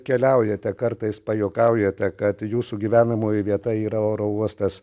keliaujate kartais pajuokaujate kad jūsų gyvenamoji vieta yra oro uostas